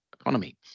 economy